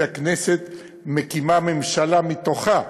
והכנסת מקימה ממשלה מתוכה,